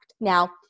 Now